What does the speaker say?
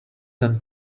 than